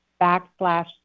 backslash